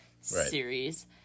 series